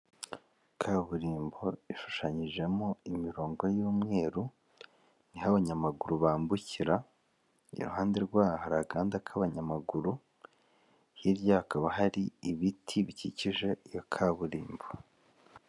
Kaburimbo ishushanyijemo imirongo y'umweru niho abanyamaguru bambukira, iruhande rwaho hari agahanda k'abanyamaguru, hirya hakaba hari ibiti bikikije iyo kaburimbo.